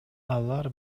алар